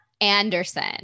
anderson